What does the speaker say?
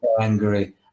angry